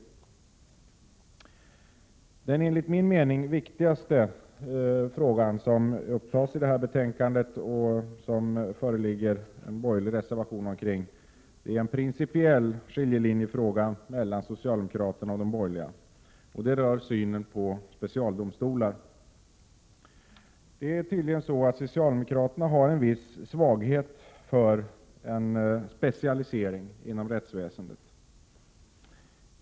Den enligt min mening viktigaste fråga som behandlas i betänkandet gäller en principiell skiljelinje mellan socialdemokraterna och de borgerliga. På den punkten finns det också en borgerlig reservation. Den rör synen på specialdomstolar. Socialdemokraterna har tydligen en viss svaghet för en specialisering inom rättsväsendet.